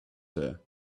her